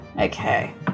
Okay